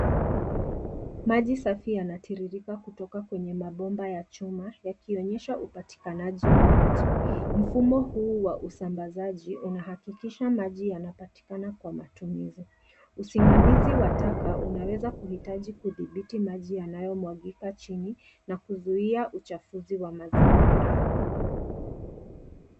Maji safi yanatiririka kutoka kwenye mabomba ya chuma yakionyesha upatikanaji wa maji. Mfumo huu wa usambazaji unahakikisha maji yanapatikana kwa matumizi. Usimamizi wa taka unaweza kuhitaji kudhibiti maji yanayomwagika chini na kuzuia uchafuzi wa mazingira.